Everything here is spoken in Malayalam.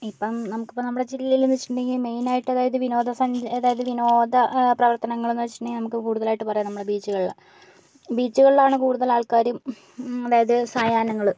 ഇപ്പം നമുക്കിപ്പോൾ നമ്മുടെ ജില്ലയിൽ ഇന്ന് വെച്ചിട്ടുണ്ടെങ്കിൽ മെയിൻ ആയിട്ട് അതായത് വിനോദസഞ്ചാര അതായത് വിനോദ പ്രവർത്തനങ്ങൾ എന്ന് വെച്ചിട്ടുണ്ടെങ്കിൽ നമുക്ക് കൂടുതലായിട്ട് പറയാം നമ്മുടെ ബീച്ചുകൾ ബീച്ചുകളിലാണ് കൂടുതൽ ആൾക്കാരും അതായത് സായാഹ്നങ്ങൾ